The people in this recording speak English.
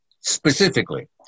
specifically